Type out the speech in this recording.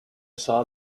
saw